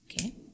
Okay